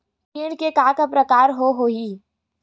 कीट के का का प्रकार हो होही?